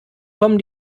kommen